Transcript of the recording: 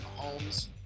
Mahomes